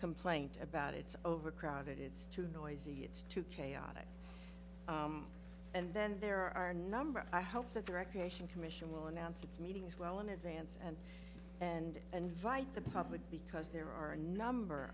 complaint about it's overcrowded it's too noisy it's too chaotic and then there are numbers i hope that the recreation commission will announce its meetings well in advance and and invite the public because there are a number